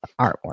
artwork